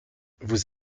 vous